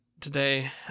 today